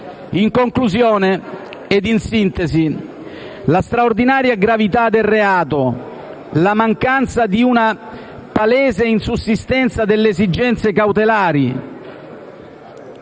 In conclusione ed in sintesi, la straordinaria gravità del reato, la mancanza di una palese insussistenza delle esigenze cautelari,